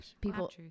people